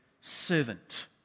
servant